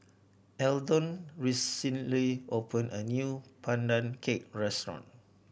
Eldon recently opened a new Pandan Cake restaurant